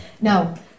Now